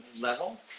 level